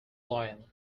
loyal